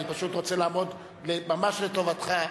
אני פשוט רוצה לעמוד ממש לטובתך,